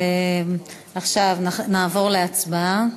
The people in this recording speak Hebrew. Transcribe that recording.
עכשיו נעבור להצבעה.